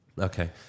Okay